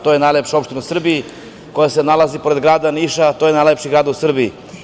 To je najlepša opština u Srbiji, koja se nalazi pored grada Niša, a to je najlepši grad u Srbiji.